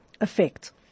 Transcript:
effect